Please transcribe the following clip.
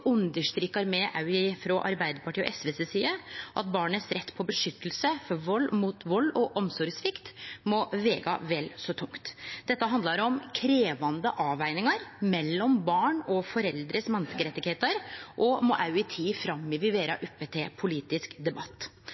me òg frå Arbeidarpartiet og SVs side at barns rett til beskyttelse mot vald og omsorgssvikt må vege vel så tungt. Dette handlar om krevjande avvegingar mellom barns og foreldres menneskerettar og må også i tida framover vere oppe til politisk debatt.